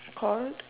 called